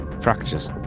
fractures